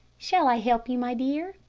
shall i help you, my dear?